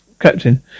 Captain